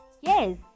yes